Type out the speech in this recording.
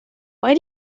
why